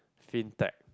fin tech